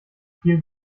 viel